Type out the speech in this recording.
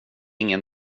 ingen